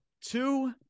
two